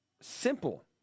simple